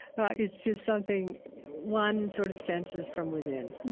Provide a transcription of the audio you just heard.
it's just something one sort of senses from within